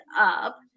up